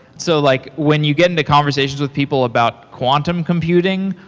so like when you get in the conversations with people about quantum computing,